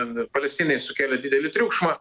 ten ir palestinai sukėlė didelį triukšmą